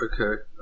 okay